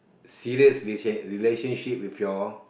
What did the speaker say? serious relationship relationship with your